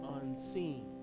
unseen